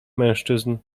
mężczyzn